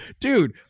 dude